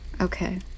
Okay